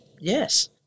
Yes